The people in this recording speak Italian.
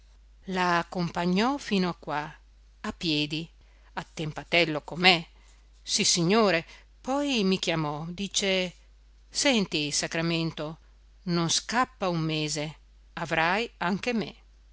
la accompagnò fino qua a piedi attempatello com'è sissignore poi mi chiamò dice senti sacramento non scappa una mese avrai anche me